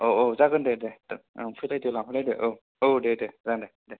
औ औ जागोन दे दे ओं फैलायदो लांफैलायदो औ औ दे दे जागोन दे